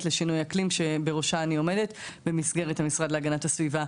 לשינוי אקלים שבראשה אני עומדת במסגרת המשרד להגנת הסביבה,